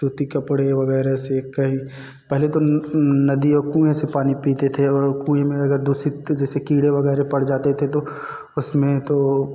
सूती कपड़े वगैरह से कहीं पहले तो नदी और कुएँ से पानी पीते थे और कुएँ में अगर दूषित जैसे कीड़े वगैरह पड़ जाते थे तो उसमें तो